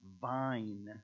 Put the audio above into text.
vine